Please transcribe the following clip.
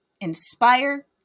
inspire